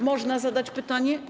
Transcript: Można zadać pytanie?